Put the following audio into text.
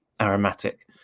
aromatic